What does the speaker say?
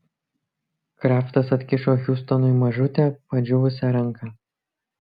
kraftas atkišo hiustonui mažutę padžiūvusią ranką